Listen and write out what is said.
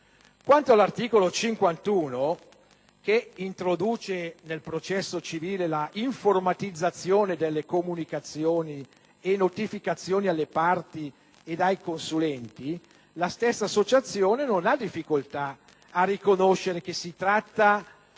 Quanto all'articolo 51, che introduce nel processo civile l'informatizzazione delle comunicazioni e notificazioni alle parti ed ai consulenti, la medesima Associazione non ha difficoltà a riconoscere che si tratta di